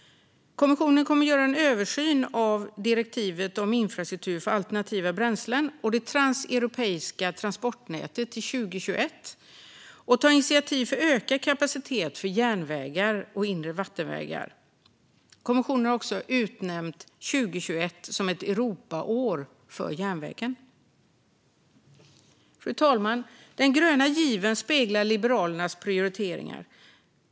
Kommissionen kommer att göra en översyn av direktivet om infrastruktur för alternativa bränslen och det transeuropeiska transportnätet till 2021 och ta initiativ för ökad kapacitet på järnvägar och inre vattenvägar. Kommissionen har också utnämnt 2021 till ett Europaår för järnvägen. Fru talman! Den gröna given speglar Liberalernas prioriteringar.